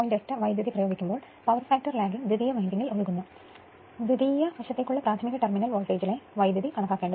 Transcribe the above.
8 വൈദ്യുതി പ്രയോഗിക്കുമ്പോൾ power factor lagging ദ്വിതീയ വിൻഡിംഗിൽ ഒഴുകുന്നു ദ്വിതീയ വശത്തുള്ള പ്രാഥമിക ടെർമിനൽ വോൾട്ടേജിലെ വൈദ്യുതി കണക്കാക്കേണ്ടതുണ്ട്